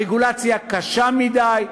הרגולציה קשה מדי,